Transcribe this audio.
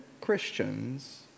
Christians